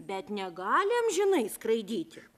bet negali amžinai skraidyti